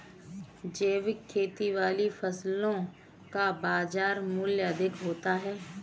जैविक खेती वाली फसलों का बाजार मूल्य अधिक होता है